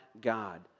God